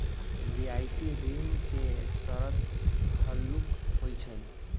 रियायती ऋण के शरत हल्लुक होइ छइ